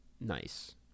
nice